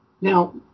Now